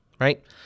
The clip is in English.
right